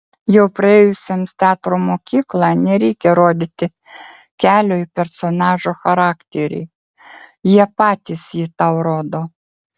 jau praėjusiems teatro mokyklą nereikia rodyti kelio į personažo charakterį jie patys jį tau rodo